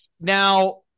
Now